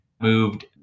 moved